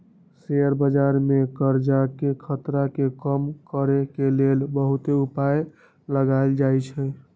share बजार में करजाके खतरा के कम करए के लेल बहुते उपाय लगाएल जाएछइ